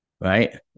right